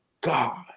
God